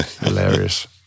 Hilarious